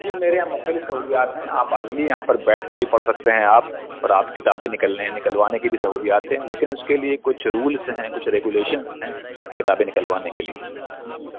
جی میرے یہاں مختلف سہولیات ہیں آپ آئیے یہاں پر بیٹھ کے بھی پڑھ سکتے ہیں آپ اور آپ کتابیں نکلنے نکلوانے کی بھی سہولیات ہیں لیکن اس کے لیے کچھ رولس ہیں کچھ ریگولیشن ہیں کتابیں نکلوانے کے لیے جی